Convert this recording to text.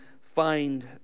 find